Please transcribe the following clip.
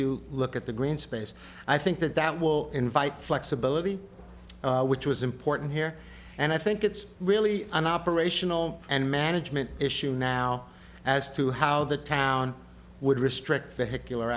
you look at the green space i think that that will invite flexibility which was important here and i think it's really an operational and management issue now as to how the town would restrict